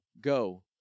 go